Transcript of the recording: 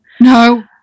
No